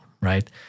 right